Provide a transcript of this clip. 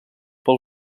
per